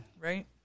Right